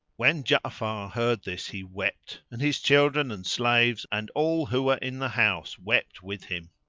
when ja'afar heard this he wept, and his children and slaves and all who were in the house wept with him.